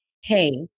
hey